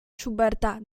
schuberta